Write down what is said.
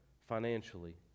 financially